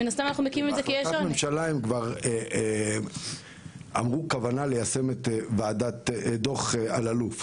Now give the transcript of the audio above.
החלטת ממשלה הם כבר אמרו כוונה ליישם את דוח אלאלוף,